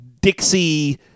Dixie